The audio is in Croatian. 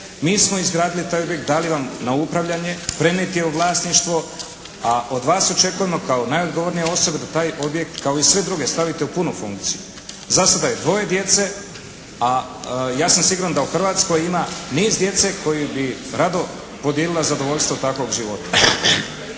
Mi smo izgradili taj objekt, dali vam na upravljanje. Prenijet je u vlasništvo, a od vas očekujemo kao najodgovornije osobe da taj objekt kao i sve druge stavite u punu funkciju. Za sada je dvoje djece, a ja sam siguran da u Hrvatskoj ima niz djece koji bi rado podijelila zadovoljstvo takvog života.